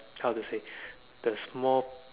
how to say the small